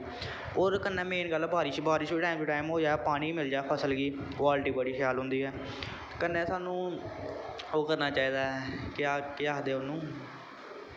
होर कन्नै मेन गल्ल ऐ बारिश बारिश बी टैम टू टैम हो जाए पामी बी मिल जाए फसल गी क्वालटी बड़ी शैल होंदी ऐ कन्नै सानू ओह् करना चाहिदा ऐ केह् केह् आखदे उन्नू